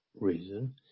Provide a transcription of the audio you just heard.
reason